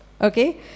Okay